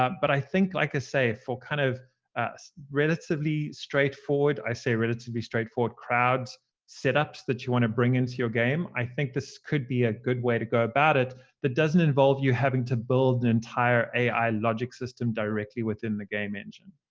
um but i think, like i say, for kind of relatively straightforward i say relatively straightforward crowd setups that you want to bring into your game, i think this could be a good way to go about it that doesn't involve you having to build an entire ai logic system directly within the game engine.